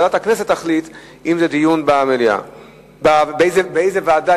ועדת הכנסת תחליט באיזו ועדה,